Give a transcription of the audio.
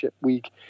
week